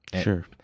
Sure